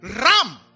Ram